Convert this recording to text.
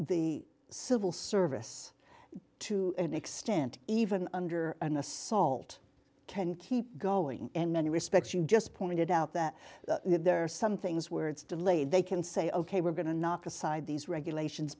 the civil service to an extent even under an assault can keep going and many respects you just pointed out that there are some things where it's delayed they can say ok we're going to knock aside these regulations